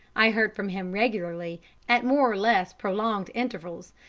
i heard from him regularly at more or less prolonged intervals,